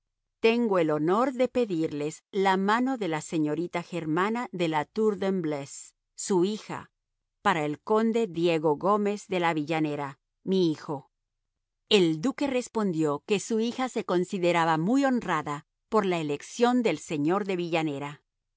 tengo el honor de pedirles la mano de la señorita germana de la tour de embleuse su hija para el conde diego gómez de la villanera mi hijo el duque respondió que su hija se consideraba muy honrada por la elección del señor de villanera